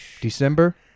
December